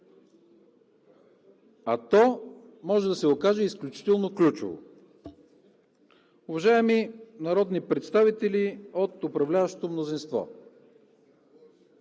а то може да се окаже изключително ключово. Уважаеми народни представители от управляващото мнозинство,